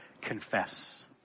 confess